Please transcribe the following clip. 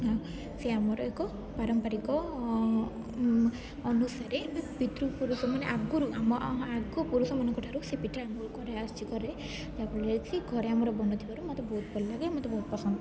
ସେ ଆମର ଏକ ପାରମ୍ପରିକ ଅନୁସାରେ ବା ପିତୃପୁରୁଷମାନେ ଆଗୁରୁ ଆମ ଆଗ ପୁରୁଷମାନଙ୍କ ଠାରୁ ସେ ପିଠା କରାଆସୁଛି ଘରେ ଯାହାଫଳରେ କି ଘରେ ଆମର ବନୁଥିବାରୁ ମୋତେ ବହୁତ ଭଲ ଲାଗେ ମୋତେ ବହୁତ ପସନ୍ଦ